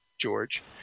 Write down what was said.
George